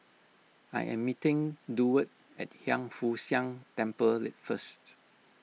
I am meeting Durward at Hiang Foo Siang Temple first